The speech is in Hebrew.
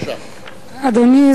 אדוני,